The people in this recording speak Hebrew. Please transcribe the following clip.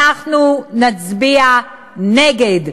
אנחנו נצביע נגד.